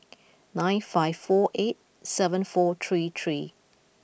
nine five four eight seven four three three